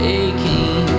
aching